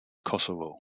kosovo